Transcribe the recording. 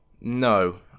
no